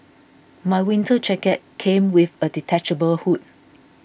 my winter jacket came with a detachable hood